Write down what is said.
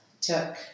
took